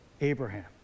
Abraham